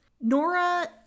Nora